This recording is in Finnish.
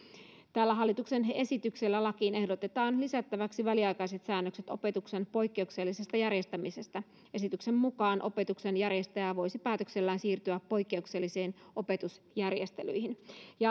tällä hallituksen esityksellä lakiin ehdotetaan lisättäväksi väliaikaiset säännökset opetuksen poikkeuksellisesta järjestämisestä esityksen mukaan opetuksen järjestäjä voisi päätöksellään siirtyä poikkeuksellisiin opetusjärjestelyihin